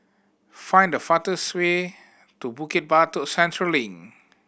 find the fastest way to Bukit Batok Central Link